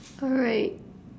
alright